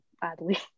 badly